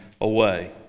away